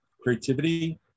creativity